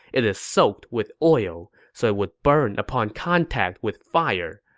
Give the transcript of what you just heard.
it is soaked with oil, so it would burn upon contact with fire.